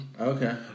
Okay